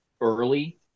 early